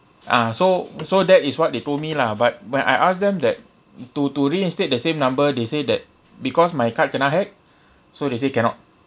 ah so so that is what they told me lah but when I ask them that mm to to reinstate the same number they say that because my card kena hack so they say cannot